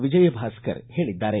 ವಿಜಯಭಾಸ್ಕರ್ ಹೇಳಿದ್ದಾರೆ